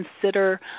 consider